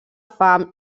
fam